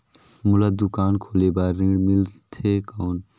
मोला दुकान खोले बार ऋण मिलथे कौन?